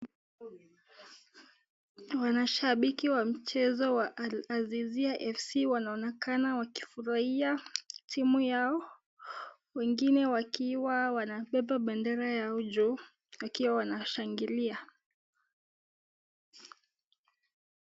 Wanashabikia wa mchezo wa Azizia FC wanaonekana wakifurahia timu yao, wengine wakiwa wana beba bendera yao wakiwa wanashangilia.